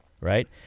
right